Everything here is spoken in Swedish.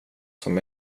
som